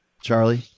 Charlie